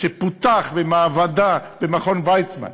שפותח במעבדה במכון ויצמן.